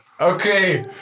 Okay